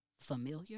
familiar